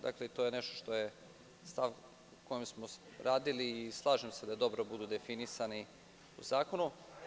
Dakle, to je nešto što je stav o kome smo radili i slažem se da dobro budu definisani u zakonu.